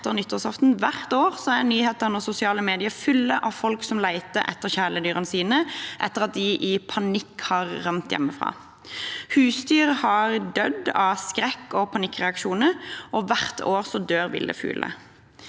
hvert år er nyhetene og sosiale medier fulle av folk som leter etter kjæledyrene sine etter at de i panikk har rømt hjemmefra. Husdyr har dødd av skrekk og panikkreaksjoner, og hvert år dør ville fugler.